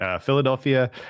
Philadelphia